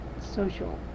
social